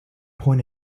point